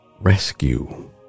rescue